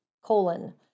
colon